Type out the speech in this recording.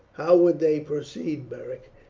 how would they proceed, beric?